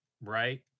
right